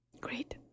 Great